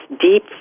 deep